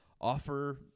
Offer